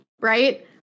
right